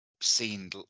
seen